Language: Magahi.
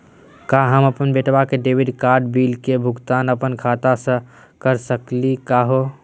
का हम अपन बेटवा के क्रेडिट कार्ड बिल के भुगतान अपन खाता स कर सकली का हे?